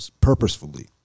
purposefully